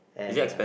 and uh